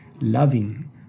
loving